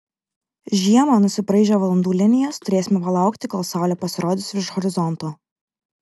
žiemą nusibraižę valandų linijas turėsime palaukti kol saulė pasirodys virš horizonto